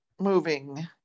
moving